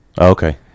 Okay